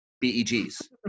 B-E-Gs